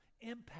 impact